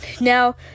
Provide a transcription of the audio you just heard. Now